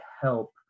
help